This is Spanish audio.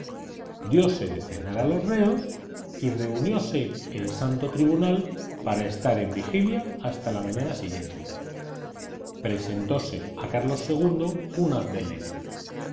noche diose de cenar a los reos y reunióse el santo tribunal para estar en vigilia hasta la mañana siguiente presentóse a carlos ii un haz de leña